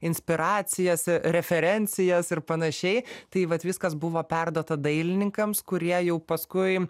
inspiracijas referencijas ir panašiai tai vat viskas buvo perduota dailininkams kurie jau paskui